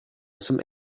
some